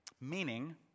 meaning